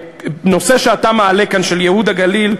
הנושא שאתה מעלה כאן, של ייהוד הגליל,